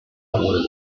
abuelos